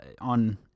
on